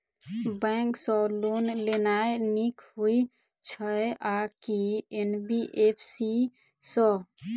Bank सँ loan लेनाय नीक होइ छै आ की एन.बी.एफ.सी सँ?